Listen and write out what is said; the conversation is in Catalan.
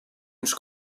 ens